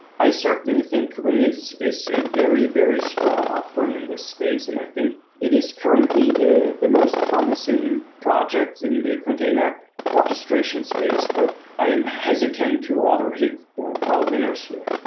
i certainly think kubernetes is a very, very strong offering in this space, and i think it is currently the the most promising projects in the container orchestration space. but i am hesitant to already call winners here.